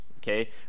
Okay